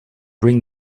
bring